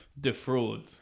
defraud